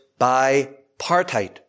bipartite